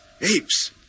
Apes